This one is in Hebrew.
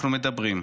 אנחנו מדברים.